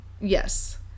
Yes